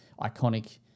iconic